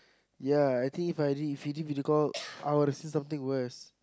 ya I think If I did video video call I would've seen something worse